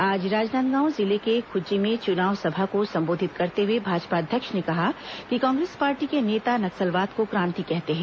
आज राजनांदगांव जिले के खुज्जी में चुनाव सभा को संबोधित करते हुए भाजपा अध्यक्ष ने कहा कि कांग्रेस पार्टी के नेता नक्सलवाद को क्रांति कहते हैं